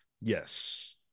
Yes